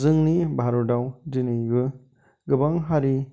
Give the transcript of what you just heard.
जोंनि भारतआव दिनैबो गोबां हारिनि